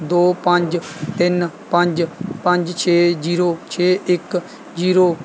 ਦੋ ਪੰਜ ਤਿੰਨ ਪੰਜ ਪੰਜ ਛੇ ਜੀਰੋ ਛੇ ਇੱਕ ਜੀਰੋ